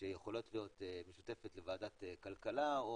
שיכולות להיות משותפת לוועדת הכלכלה או